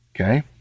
Okay